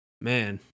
man